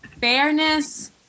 fairness